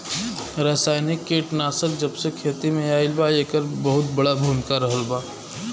रासायनिक कीटनाशक जबसे खेती में आईल बा येकर बहुत बड़ा भूमिका रहलबा